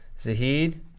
Zahid